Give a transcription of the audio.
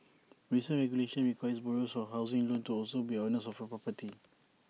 recent regulation requires borrowers of A housing loan to also be owners of A property